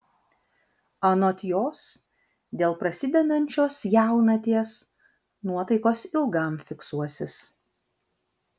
anot jos dėl prasidedančios jaunaties nuotaikos ilgam fiksuosis